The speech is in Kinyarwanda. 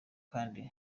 kandi